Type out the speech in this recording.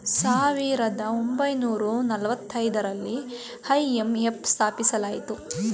ಸಾವಿರದ ಒಂಬೈನೂರ ನಾಲತೈದರಲ್ಲಿ ಐ.ಎಂ.ಎಫ್ ಸ್ಥಾಪಿಸಲಾಯಿತು